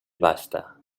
basta